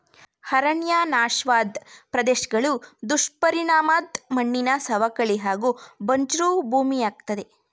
ಅರಣ್ಯ ನಾಶವಾದ್ ಪ್ರದೇಶ್ಗಳು ದುಷ್ಪರಿಣಾಮದ್ ಮಣ್ಣಿನ ಸವಕಳಿ ಹಾಗೂ ಬಂಜ್ರು ಭೂಮಿಯಾಗ್ತದೆ